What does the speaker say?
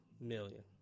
million